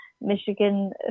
Michigan